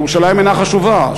שירושלים אינה חשובה,